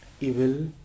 evil